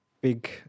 big